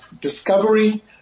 discovery